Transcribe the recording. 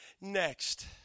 next